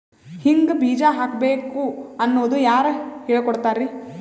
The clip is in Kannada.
ಹಿಂಗ್ ಬೀಜ ಹಾಕ್ಬೇಕು ಅನ್ನೋದು ಯಾರ್ ಹೇಳ್ಕೊಡ್ತಾರಿ?